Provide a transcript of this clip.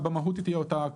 במהות היא תהיה אותה פרוצדורה.